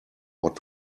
what